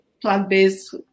plant-based